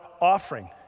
offering